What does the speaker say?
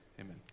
Amen